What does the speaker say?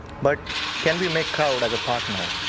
but can we make crowd as a partner?